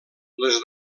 les